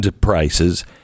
prices